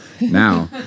Now